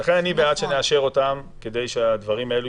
לכן אני בעד לאשר אותן כדי שהדברים האלה